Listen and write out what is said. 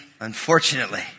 unfortunately